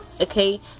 okay